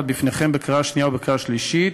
בפניכם בקריאה שנייה ובקריאה שלישית.